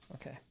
Okay